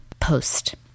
post